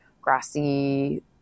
grassy